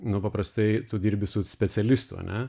nu paprastai tu dirbi su specialistu ane